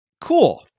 Cool